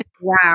Wow